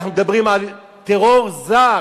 אנחנו מדברים על טרור זר.